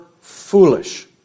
foolish